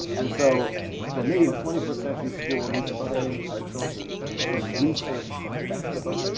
and so for me the twenty first century school needs to train our children to research effectively.